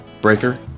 Breaker